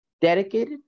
dedicated